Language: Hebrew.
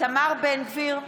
איתמר בן גביר,